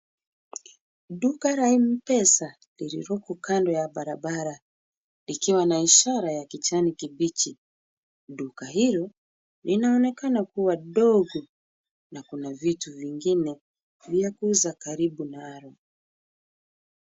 Duka mpesa lililoko kando ya barabara likiwa na ishara ya kijani kibichi. Duka hilo linaonekana kuwa ndogo na kuna vitu vingine vya kuuza karibu nalo.